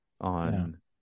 on